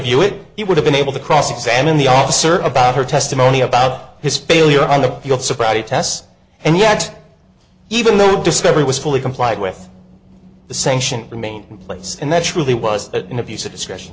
view it he would have been able to cross examine the officer about her testimony about his failure on the field sobriety tests and yet even though the discovery was fully complied with the sanction remained place and that truly was an abuse of discretion